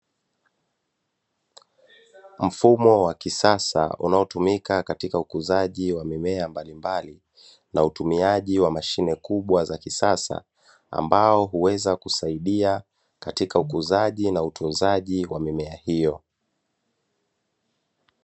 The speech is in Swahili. Mfumo wa kisasa unaotumika katika ukuzaji wa mimea mbalimbali na utumiaji wa mashine kubwa za kisasa, ambao huweza kusaidia katika ukuzaji na utunzaji wa mimea hiyo.